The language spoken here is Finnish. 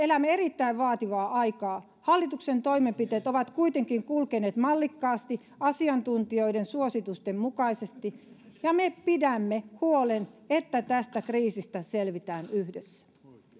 elämme erittäin vaativaa aikaa hallituksen toimenpiteet ovat kuitenkin kulkeneet mallikkaasti asiantuntijoiden suositusten mukaisesti ja me pidämme huolen että tästä kriisistä selvitään yhdessä